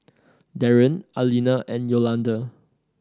Darron Alina and Yolonda